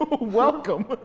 welcome